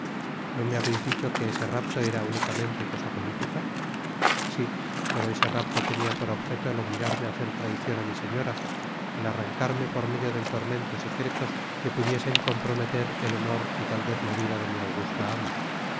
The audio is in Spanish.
no me habeis dicho que ese rapto era únicamente cosa política sí pero ese rapto tenia por objeto el obligarme á hacer traiciona mi señora el arrancarme por medio del tormento secretos que pudiesen comprometer el honor y tal vez la vida de mi augusta ama